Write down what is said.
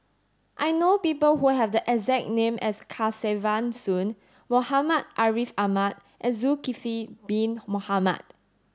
I know people who have the exact name as Kesavan Soon Muhammad Ariff Ahmad and Zulkifli bin Mohamed